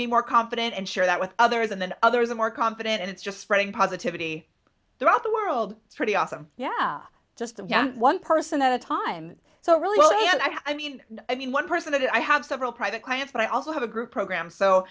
be more confident and share that with others and then others are more confident and it's just spreading positivity throughout the world it's pretty awesome yeah just one person at a time so really i mean i mean one person that i have several private clients but i also have a group program so